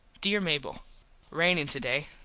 dere mable rainin today.